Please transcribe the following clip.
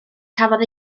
cafodd